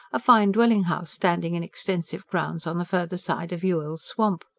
a fine dwelling-house standing in extensive grounds on the farther side of yuille's swamp.